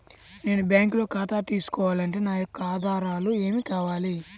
నేను బ్యాంకులో ఖాతా తీసుకోవాలి అంటే నా యొక్క ఆధారాలు ఏమి కావాలి?